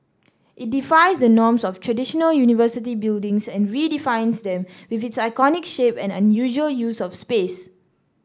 it defies the norms of traditional university buildings and redefines them with its iconic shape and unusual use of space